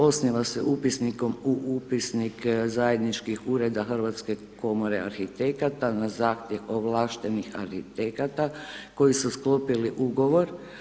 Osniva se upisnikom u upisnik zajedničkih ureda Hrvatske komore arhitekata na zahtjev ovlaštenih arhitekata koji su sklopili ugovor.